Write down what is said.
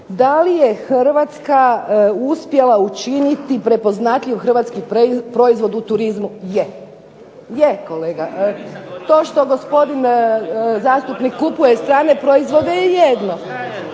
da li je Hrvatska uspjela učiniti prepoznatljiv hrvatski proizvod u turizmu? Je! Je, kolega. To što gospodin zastupnik kupuje strane proizvode je jedno.